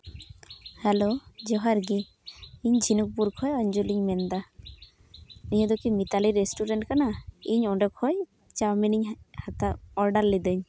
hello ᱡᱚᱦᱟᱨ ᱜᱮ ᱤᱧ ᱡᱷᱤᱱᱩᱠᱯᱩᱨ ᱠᱷᱚᱡ ᱚᱧᱡᱚᱞᱤᱧ ᱢᱮᱱᱫᱟ ᱱᱤᱭᱟᱹ ᱫᱚᱠᱤ ᱢᱤᱛᱟᱞᱤ ᱨᱮᱥᱴᱩᱨᱮᱱᱴ ᱠᱟᱱᱟ ᱤᱧ ᱚᱸᱰᱮ ᱠᱷᱚᱡ ᱪᱟᱣᱢᱤᱱᱤᱧ ᱦᱟᱛᱟᱣ ᱚᱨᱰᱟᱨ ᱞᱤᱫᱟᱹᱧ